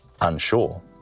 unsure